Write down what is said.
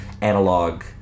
analog